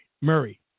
Murray